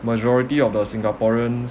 majority of the singaporeans